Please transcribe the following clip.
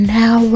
now